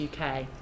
UK